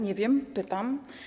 Nie wiem, pytam.